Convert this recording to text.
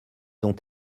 ont